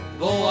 go